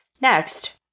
Next